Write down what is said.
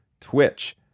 Twitch